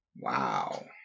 wow